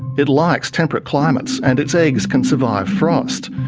it likes temperate climates and its eggs can survive frost.